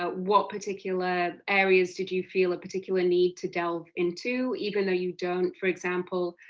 ah what particular areas did you feel a particular need to delve into, even though you don't, for example,